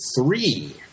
three